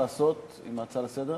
לעשות עם ההצעות לסדר-היום?